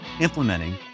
implementing